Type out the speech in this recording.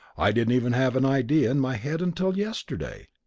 i didn't even have an idea in my head until yesterday.